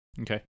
Okay